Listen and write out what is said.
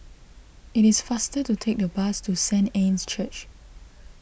it is faster to take the bus to Saint Anne's Church